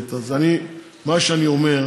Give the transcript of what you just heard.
מה שאני אומר: